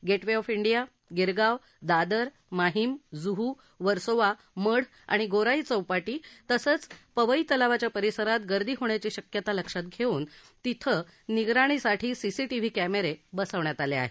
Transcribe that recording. gate way of India Girgaon Dadar Mahim Juhu Versova Madh आणि गोराई चौपाटी तसंच पवई तलावाच्या परिसरात गर्दी होण्याची शक्यता लक्षात घेऊन तिथं निगराणीसाठी सीसीटीव्ही क्रिरे बसवण्यात आले आहेत